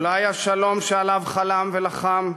אולי השלום שעליו חלם ולחם?